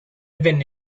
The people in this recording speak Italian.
venne